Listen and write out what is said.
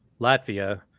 Latvia